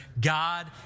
God